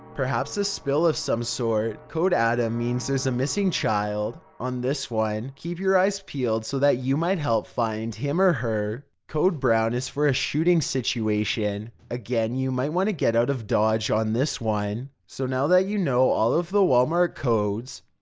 perhaps a spill of some sort. code adam means there's a missing child. on this one, keep your eyes peeled so that you might help find him or her. code brown is for a shooting situation. again, you might want to get out of dodge on this one. so, now that you know all the walmart codes,